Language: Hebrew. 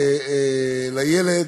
לילד.